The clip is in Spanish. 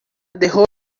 dejó